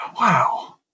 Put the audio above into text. Wow